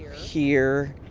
here.